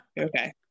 okay